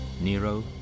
Nero